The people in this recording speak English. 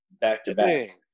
back-to-back